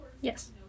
Yes